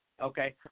Okay